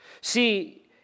See